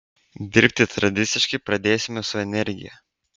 dirbti tradiciškai pradėsime su energija